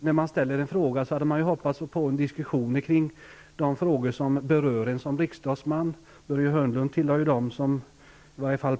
När jag ställde min fråga hoppades jag att få till stånd en diskussion kring de frågor som berör mig som riksdagsman. Börje Hörnlund tillhör ju dem som